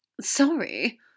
Sorry